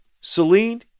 Celine